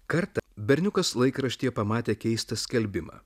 kartą berniukas laikraštyje pamatė keistą skelbimą